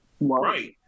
Right